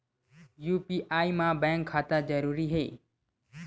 UPI मा bank खाता जरूरी हे?